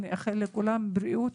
ונאחל לכולם בריאות,